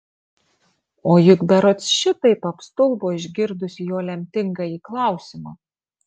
o juk berods šitaip apstulbo išgirdusi jo lemtingąjį klausimą